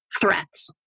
threats